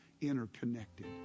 interconnected